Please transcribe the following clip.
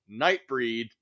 Nightbreed